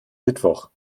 mittwoch